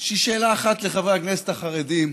יש לי שאלה אחת לחברי הכנסת החרדים: